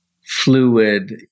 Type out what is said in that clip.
fluid